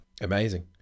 Amazing